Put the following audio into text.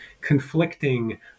conflicting